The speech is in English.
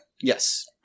Yes